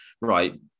right